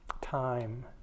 time